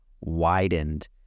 widened